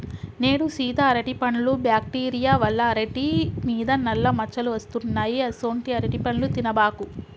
నేడు సీత అరటిపండ్లు బ్యాక్టీరియా వల్ల అరిటి మీద నల్ల మచ్చలు వస్తున్నాయి అసొంటీ అరటిపండ్లు తినబాకు